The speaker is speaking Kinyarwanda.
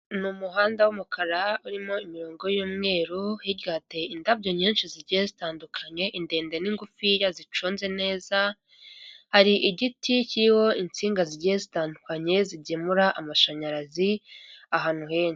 Ni umuhanda w'umukara urimo imirongo y'umweru hirya hateye indabyo nyinshi zigiye zitandukanye indende n'ingufiya zicunze neza, hari igiti kiriho insinga zigiye zitandukanye zigemura amashanyarazi ahantu henshi.